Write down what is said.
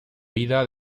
vida